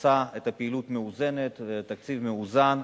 עושה פעילות מאוזנת, תקציב מאוזן,